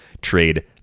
Trade